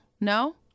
No